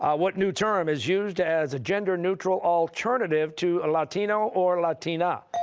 what new term is used as a gender-neutral alternative to latino or latina?